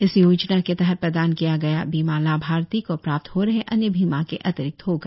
इस योजना के तहत प्रदान किया गया बीमा लाभार्थी को प्राप्त हो रहे अन्य बीमा के अतिरिक्त होगा